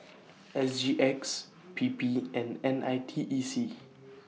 S G X P P and N I T E C